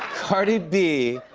cardi b.